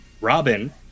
Robin